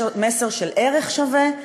מסר של ערך שווה,